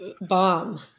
bomb